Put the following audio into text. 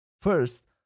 First